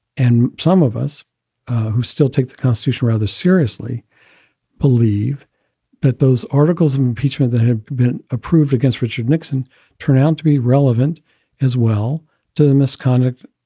and some of us who still take the constitution rather seriously believe that those articles of impeachment that have been approved against richard nixon turn out to be relevant as well to the misconduct